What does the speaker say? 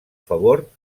favor